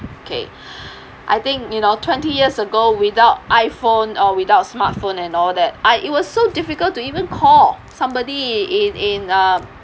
okay I think you know twenty years ago without iphone or without smartphone and all that I it was so difficult to even call somebody in in uh